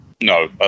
No